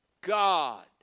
God